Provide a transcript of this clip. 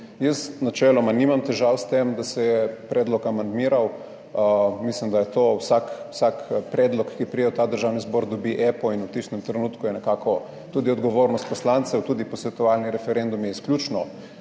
Jaz načeloma nimam težav s tem, da se je predlog amandmiral. Mislim, da je to vsak predlog, ki pride v ta Državni zbor dobi EPO in v tistem trenutku je nekako tudi odgovornost poslancev, tudi posvetovalni referendum izključno